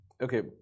Okay